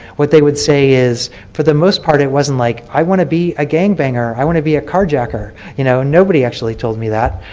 what they would say is for the most part it wasn't like i want to be a gang banger, i want to be a car jacker. you know nobody actually told me that.